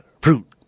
fruit